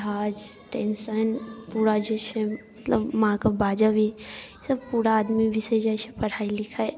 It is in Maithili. धाज टेन्शन पूरा जे छै मतलब माँके बाजब ई सब पूरा आदमी बिसरि जाइ छै पढ़ाइ लिखाइ